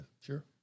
Sure